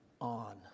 on